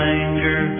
anger